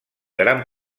gran